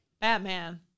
Batman